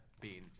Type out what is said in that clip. bean